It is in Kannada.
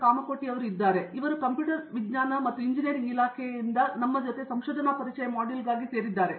ಕಾಮಕೋಟಿ ಕಂಪ್ಯೂಟರ್ ವಿಜ್ಞಾನ ಮತ್ತು ಇಂಜಿನಿಯರಿಂಗ್ ಇಲಾಖೆಯಿಂದ ಸಂಶೋಧನಾ ಪರಿಚಯ ಮಾಡ್ಯೂಲ್ಗಾಗಿ ಇದ್ದಾರೆ